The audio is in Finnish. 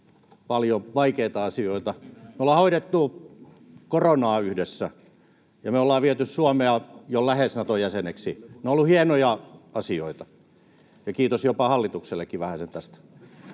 Juuri näin!] Me ollaan hoidettu koronaa yhdessä ja me ollaan viety Suomea jo lähes Naton jäseneksi. Ne ovat olleet hienoja asioita, ja kiitos jopa hallituksellekin vähäsen tästä.